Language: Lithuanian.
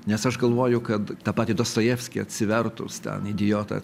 nes aš galvoju kad tą patį dostojevskį atsivertus ten idiotą